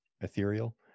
ethereal